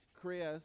Chris